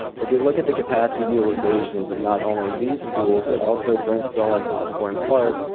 if we look at the capacity utilization of not only these schools but also brentsville and osbourn park,